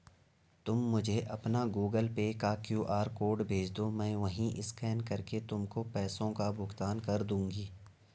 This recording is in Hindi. तुम मुझे अपना गूगल पे का क्यू.आर कोड भेजदो, मैं वहीं स्कैन करके तुमको पैसों का भुगतान कर दूंगी